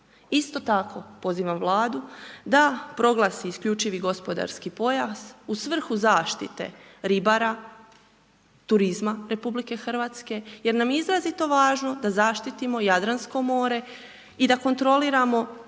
Isto tako pozivam Vladu da proglasi isključivi gospodarski pojas u svrhu zaštite ribara, turizma RH jer nam je izrazito važno da zaštitimo Jadransko more i da kontroliramo